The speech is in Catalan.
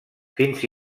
fins